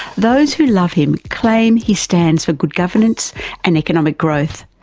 those who love him claim he stands for good governance and economic growth.